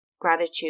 gratitude